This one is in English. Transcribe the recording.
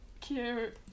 Cute